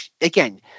Again